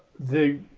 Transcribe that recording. the